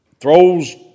throws